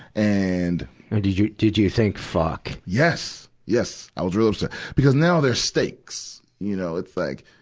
and did you, did you think, fuck? yes! yes. i was real upset. because now there's stakes, you know. it's like,